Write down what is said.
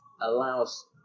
allows